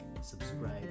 subscribe